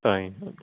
ਤਾਹੀਂ